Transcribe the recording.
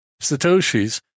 Satoshis